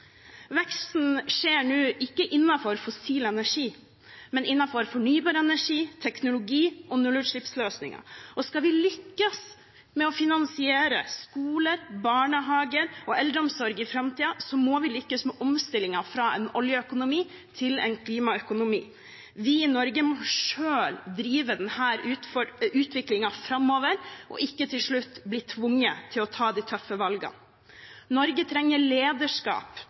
Veksten skjer nå ikke innenfor fossil energi, men innenfor fornybar energi, teknologi og nullutslippsløsninger. Skal vi lykkes med å finansiere skole, barnehage og eldreomsorg i framtiden, må vi lykkes med omstillingen fra en oljeøkonomi til en klimaøkonomi. Vi i Norge må selv drive denne utviklingen framover og ikke til slutt bli tvunget til å ta de tøffe valgene. Norge trenger lederskap